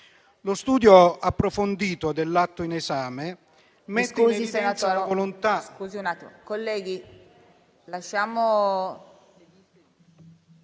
Lo studio approfondito dell'atto in esame mette in evidenza la volontà